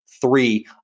three